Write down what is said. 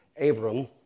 Abram